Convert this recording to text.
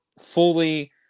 fully